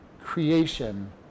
creation